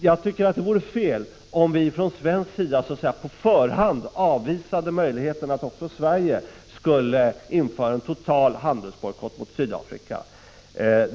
Jag tycker det vore fel om vi från svensk sida så att säga på förhand avvisade möjligheterna att också Sverige skulle införa en total handelsbojkott mot Sydafrika.